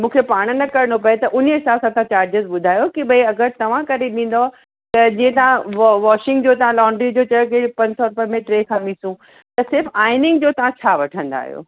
मूंखे पाणि न करिणो पिए त उन्हीअ हिसाब सां तव्हां चार्जिस ॿुधायो कि भई अगरि तव्हां करे ॾींदव त जीअं तव्हां वा वॉशिंग जो तव्हां लॉन्ड्री जो चयो कि पंज सौ रुपए में टे खमीसूं त सिर्फ़ु आइनिंग जो तव्हां छा वठंदा आहियो